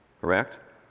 correct